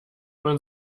man